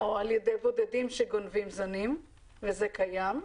או על ידי בודדים שגונבים זנים וזה קיים,